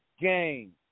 game